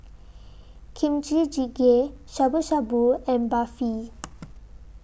Kimchi Jjigae Shabu Shabu and Barfi